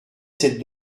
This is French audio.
cette